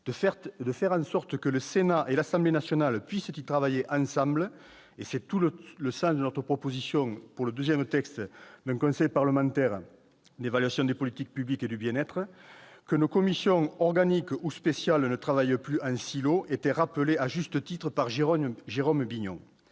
de faire en sorte que le Sénat et l'Assemblée nationale puissent y travailler ensemble- c'est tout le sens de notre proposition, pour le deuxième texte, d'un Conseil parlementaire d'évaluation des politiques publiques et du bien-être -que nos commissions organiques ou spéciales ne travaillent plus en silo était rappelée à juste titre par Jérôme Bignon.